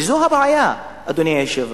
וזו הבעיה, אדוני היושב-ראש.